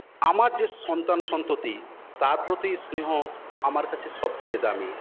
আমার যে সন্তান সন্ততি তার প্রতি স্নেহ আমার কাছে সবচেয়ে দামি